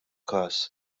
każ